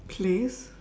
place